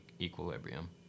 equilibrium